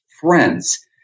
friends